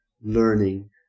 learning